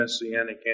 messianic